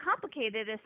complicated